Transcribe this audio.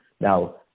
Now